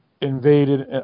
invaded